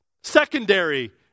secondary